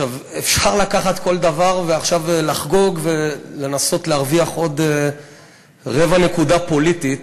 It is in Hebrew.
אפשר לקחת כל דבר ועכשיו לחגוג ולנסות להרוויח עוד רבע נקודה פוליטית.